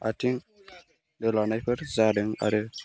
आथिं दोलानायफोर जादों आरो